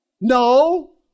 No